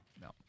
No